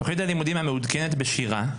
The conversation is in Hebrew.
בתכנית הלימודים המעודכנת בשירה,